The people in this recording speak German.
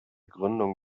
gründung